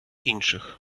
інших